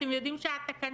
אתם יודעים שהתקנות